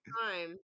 time